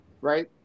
right